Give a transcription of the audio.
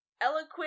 eloquent